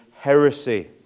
heresy